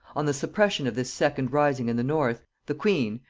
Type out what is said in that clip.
on the suppression of this second rising in the north, the queen,